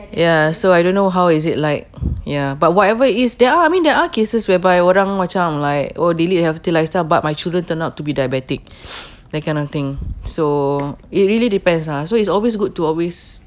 ya so I don't know how is it like ya but whatever it is there are I mean there are cases whereby orang macam like oh they lead healthy lifestyle but my children turn out to be diabetic that kind of thing so it really depends lah so it's always good to always